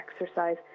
exercise